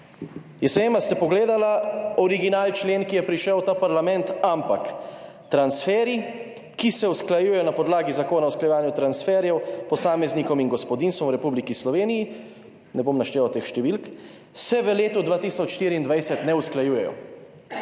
Jaz ne vem, ali ste pogledali originalni člen, ki je prišel v ta parlament, ampak transferji, ki se usklajujejo na podlagi Zakona o usklajevanju transferjev posameznikom in gospodinjstvom v Republiki Sloveniji, ne bom našteval teh številk, se v letu 2024 ne usklajujejo.